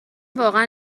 واقعا